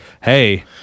hey –